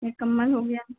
एक कम्बल हो गया